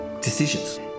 decisions